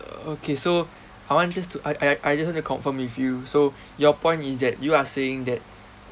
okay so I want just to I I just want to confirm with you so your point is that you are saying that